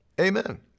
Amen